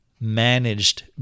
managed